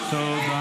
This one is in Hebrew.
ממש לא.